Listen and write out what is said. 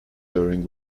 during